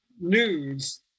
news